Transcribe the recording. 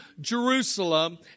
Jerusalem